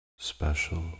special